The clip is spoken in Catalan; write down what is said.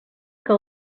que